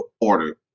order